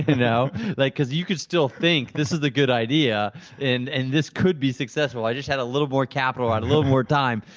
you know like because you could still think, this is a good idea and and this could be successful, i just add a little more capital or add a little more time.